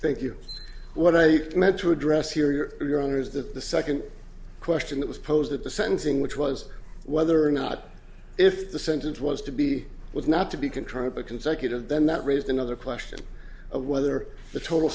thank you what i meant to address here your honor is that the second question that was posed at the sentencing which was whether or not if the sentence was to be was not to be controlled by consecutive then that raises another question of whether the total